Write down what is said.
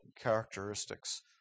characteristics